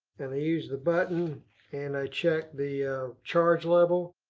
and i use the button and i check the charge level.